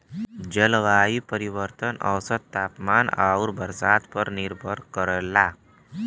जलवायु परिवर्तन औसत तापमान आउर बरसात पर निर्भर करला